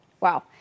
Wow